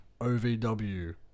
OVW